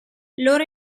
loro